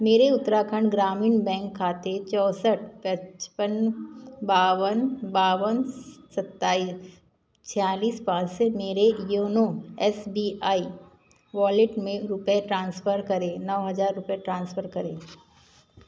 मेरे उत्तराखंड ग्रामीण बैंक खाते छः चार पाँच पाँच पाँच दो पाँच दो दो सात चार छः पाँच से मेरे YONO S B I wallet में रुपये ट्रांसफ़र करें नौ हज़ार रुपये ट्रांसफ़र करें